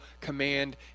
command